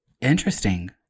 Interesting